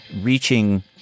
reaching